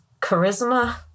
charisma